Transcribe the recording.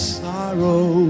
sorrow